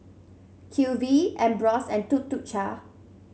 Q V Ambros and Tuk Tuk Cha